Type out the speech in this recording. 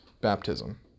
baptism